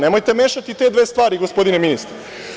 Nemojte mešati te dve stvari gospodine ministre.